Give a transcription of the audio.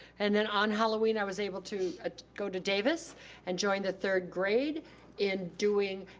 and then on halloween, i was able to ah go to davis and join the third grade in doing,